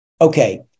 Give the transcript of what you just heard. okay